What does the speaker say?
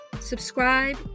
subscribe